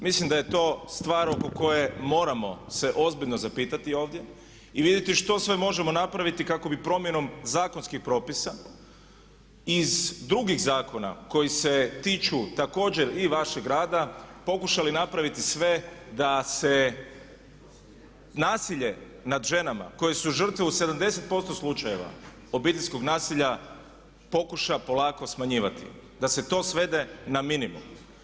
Mislim da je to stvar oko koje moramo se ozbiljno zapitati ovdje i vidjeti što sve možemo napraviti kako bi promjenom zakonskih propisa iz drugih zakona koji se tiču također i vašeg rada pokušali napraviti sve da se nasilje nad ženama koje su žrtve u 70% slučajeva obiteljskog nasilja pokuša polako smanjivati, da se to svede na minimum.